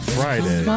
Friday